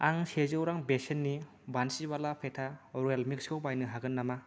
आं सेजौ रां बेसेननि बन्सिवाला पेथा र'येल मिक्सखौ बायनो हागोन नामा